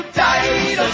died